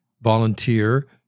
volunteer